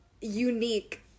unique